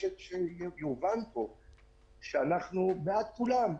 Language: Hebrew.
רוצה שיובן פה שאנחנו בעד כולם,